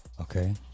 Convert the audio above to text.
Okay